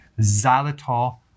xylitol